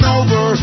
over